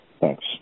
Thanks